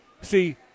see